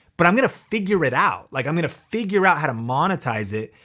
but i'm gonna figure it out. like i'm gonna figure out how to monetize it,